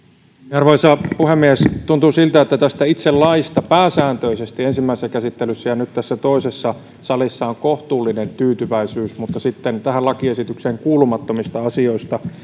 arvoisa puhemies tuntuu siltä että tästä itse laista pääsääntöisesti ensimmäisessä käsittelyssä ja nyt tässä toisessa käsittelyssä salissa on kohtuullinen tyytyväisyys mutta sitten tähän lakiesitykseen kuulumattomista asioista